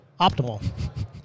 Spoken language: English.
optimal